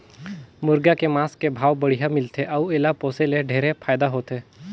मुरगा के मांस के भाव बड़िहा मिलथे अउ एला पोसे ले ढेरे फायदा होथे